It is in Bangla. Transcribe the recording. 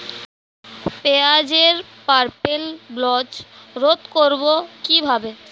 পেঁয়াজের পার্পেল ব্লচ রোধ করবো কিভাবে?